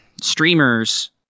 Streamers